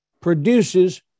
produces